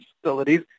facilities